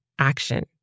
action